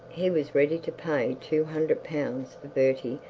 he was ready to pay two hundred pounds for bertie,